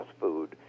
food